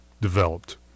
developed